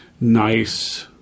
nice